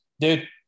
Dude